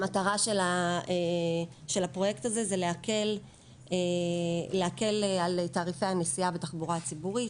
המטרה של הפרויקט הזה היא להקל על תעריפי הנסיעה בתחבורה ציבורית.